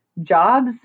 jobs